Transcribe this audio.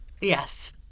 yes